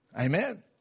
Amen